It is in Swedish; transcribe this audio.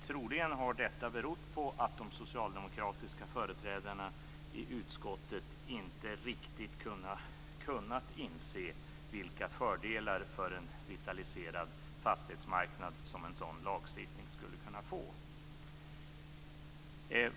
Troligen har detta berott på att de socialdemokratiska företrädarna i utskottet inte riktigt kunnat inse vilka fördelar för en vitaliserad fastighetsmarknad som en sådan lagstiftning skulle kunna få.